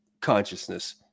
consciousness